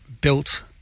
built